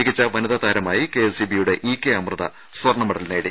മികച്ച വനിതാ താരമായി കെഎസ്ഇബിയുടെ ഇ കെ അമൃത സ്വർണ മെഡൽ നേടി